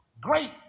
Great